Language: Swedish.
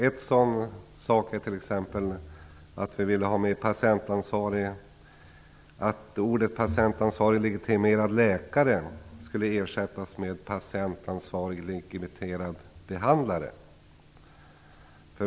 Vi ville t.ex. att benämningen patientansvarig legitimerad läkare skulle ersättas med patientansvarig legitimerad behandlare.